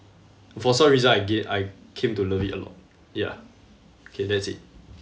for some reason I ga~ I came to love it a lot ya okay that's it